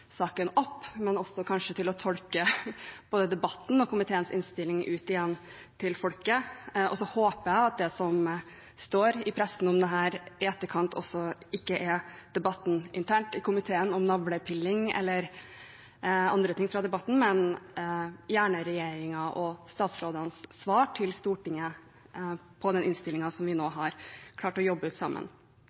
saken opp, men også kanskje til å tolke både debatten og komiteens innstilling for folket. Så håper jeg at det som står i pressen i etterkant, ikke er om debatten internt i komiteen, om «navlepilleri» eller annet fra debatten, men gjerne om regjeringens og statsrådenes svar til Stortinget på innholdet i den innstillingen som vi nå har klart å jobbe ut sammen.